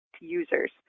users